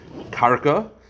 karka